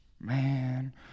man